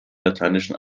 lateinischen